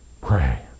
Pray